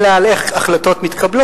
אלא על איך החלטות מתקבלות.